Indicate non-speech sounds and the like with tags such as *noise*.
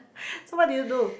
*breath* so what did you do